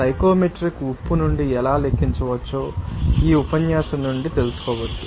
psychometric ఉప్పు నుండి ఎలా లెక్కించవచ్చో ఈ ఉపన్యాసం నుండి తెలుసుకోవచ్చు